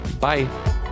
bye